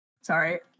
Sorry